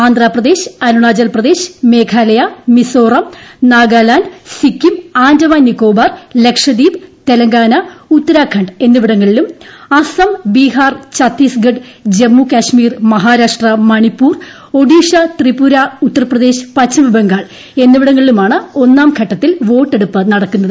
ആസ്മാപ്രദേശ് അരുണാചൽപ്രദേശ് മേഘാലയ മിസോറം പ്രഭ്യാഗാലാന്റ് സിക്കിം ആൻഡമാൻ നിക്കോബാർ ലക്ഷദ്വീപ് ത്രെലങ്കാന ഉത്തരാഖണ്ഡ് എന്നിവിടങ്ങളിലും അസം ബീഹാർ ച്ഛത്തീസ്ഗഡ് ജമ്മുകാശ്മീർ മഹാരാഷ്ട്ര മണിപ്പൂർ ഒഡീഷ ത്രിപുര ഉത്തർപ്രദേശ് പശ്ചിമബംഗാൾ എന്നിവിടങ്ങളിലുമാണ് ഒന്നാംഘട്ടത്തിൽ വോട്ടെടുപ്പ് നടക്കുന്നത്